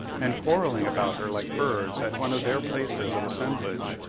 and quarrelling about her like birds at one of their places of assemblage,